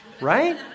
Right